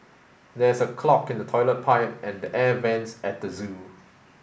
there is a clog in the toilet pipe and the air vents at the zoo